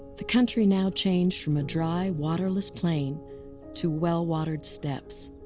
the country now changed from a dry, waterless plain to well watered steppes.